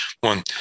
one